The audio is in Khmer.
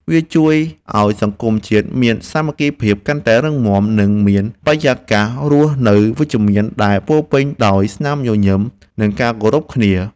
វាជួយឱ្យសង្គមជាតិមានសាមគ្គីភាពកាន់តែរឹងមាំ និងមានបរិយាកាសរស់នៅវិជ្ជមានដែលពោរពេញដោយស្នាមញញឹម និងការគោរពគ្នា។